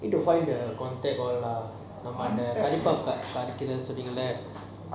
this is why the take off lah